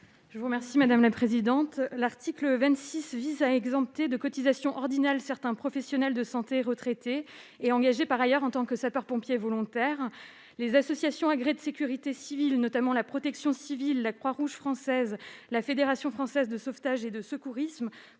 La parole est à Mme Elsa Schalck. L'article 26 vise à exempter de cotisations ordinales certains professionnels de santé retraités et engagés par ailleurs en tant que sapeurs-pompiers volontaires. Les associations agréées de sécurité civile- la Fédération nationale de protection civile, la Croix-Rouge française, la Fédération française de sauvetage et de secourisme